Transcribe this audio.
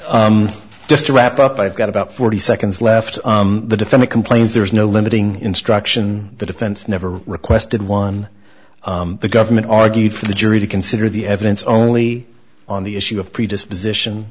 means just to wrap up i've got about forty seconds left the defendant complains there's no limiting instruction the defense never requested one the government argued for the jury to consider the evidence only on the issue of predisposition